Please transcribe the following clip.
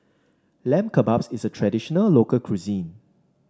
Lamb Kebabs is a traditional local cuisine